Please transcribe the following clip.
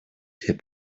hip